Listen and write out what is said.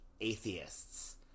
atheists